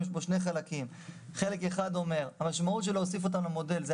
יש פה שני חלקים: חלק אחד אומר שהמשמעות של הוספתן למודל זו